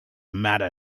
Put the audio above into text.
matter